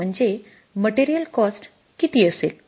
म्हणजे material cost किती असेल